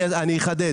אני אחדד.